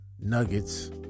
nuggets